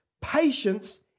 patience